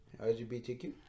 LGBTQ